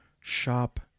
shop